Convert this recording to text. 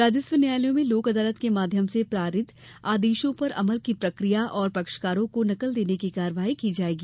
राजस्व न्यायालयों में लोक अदालत के माध्यम से पारित आदेशों पर अमल की प्रक्रिया और पक्षकारों को नकल देने की कार्यवाही की जाएगी